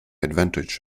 advantage